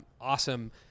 awesome